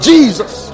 Jesus